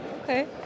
Okay